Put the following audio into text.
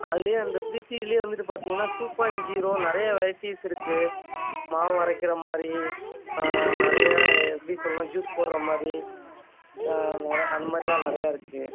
அதிலயே வந்து ப்ரீத்திலேயே வந்துட்டு பார்த்தீங்கன்னா டூ பாய்ண்ட் ஜீரோ நிறைய வெரைட்டீஸ் இருக்குது மாவு அரைக்கிற மாதிரி நிறைய எப்படி சொல்லலாம் ஜூஸ் போடுற மாதிரி அந்த மாதிரில்லாம் நிறையா இருக்குது